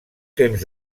temps